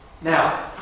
Now